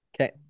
okay